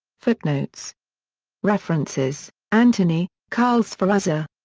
footnotes references anthony, carl sferrazza.